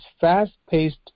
fast-paced